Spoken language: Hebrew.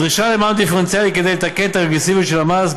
הדרישה למע"מ דיפרנציאלי כדי לתקן את הרגרסיביות של המס,